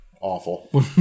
Awful